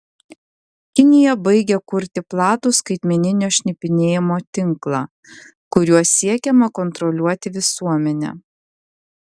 kinija baigia kurti platų skaitmeninio šnipinėjimo tinklą kuriuo siekiama kontroliuoti visuomenę